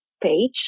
page